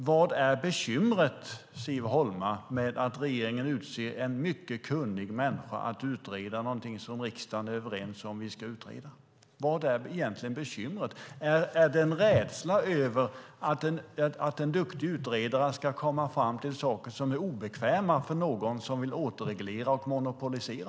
Vad är bekymret, Siv Holma, med att regeringen utser en mycket kunnig människa att utreda någonting som riksdagen är överens om ska utredas? Finns det en rädsla för att en duktig utredare ska komma fram till saker som är obekväma för dem som vill återreglera och monopolisera?